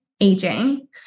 aging